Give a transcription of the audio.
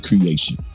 creation